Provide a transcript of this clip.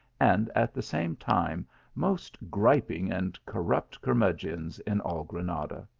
and at the same time most griping and corrupt curmudgeons in all granada.